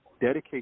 dedicate